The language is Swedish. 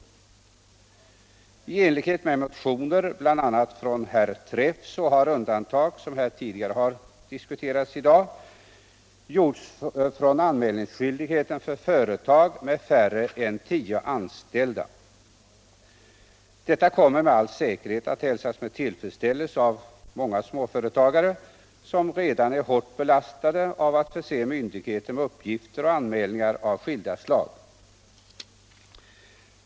arbetsförmedlingen, I enlighet med motioner, bl.a. från herr Träff, har undantag — vilket — m.m. tidigare i dag har diskuterats här — gjorts från anmälningsskyldigheten för företag med färre än tio anställda. Detta kommer med all säkerhet att hälsas med tillfredsställelse av många småföretagare, som redan känner sig hårt belastade på grund av tvånget att förse myndigheter med uppgifter och anmälningar av skilda slag.